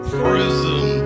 prison